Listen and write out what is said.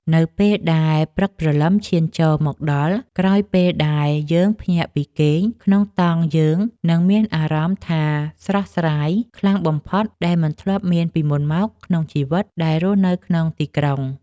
នៅពេលដែលព្រឹកព្រលឹមឈានចូលមកដល់ក្រោយពេលដែលយើងភ្ញាក់ពីគេងក្នុងតង់យើងនឹងមានអារម្មណ៍ថាស្រស់ស្រាយខ្លាំងបំផុតដែលមិនធ្លាប់មានពីមុនមកក្នុងជីវិតដែលរស់ក្នុងទីក្រុងឡើយ។